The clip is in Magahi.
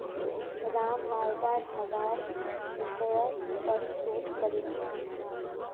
राम मालदार हवार विषयर् पर शोध करील